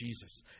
Jesus